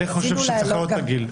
אני חושב שצריך להעלות את הגיל.